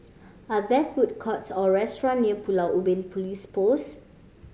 are there food courts or restaurant near Pulau Ubin Police Post